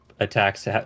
attacks